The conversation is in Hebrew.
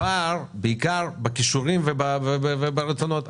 הפער בעיקר בכישורים וברצונות,